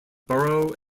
borough